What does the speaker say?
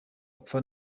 apfa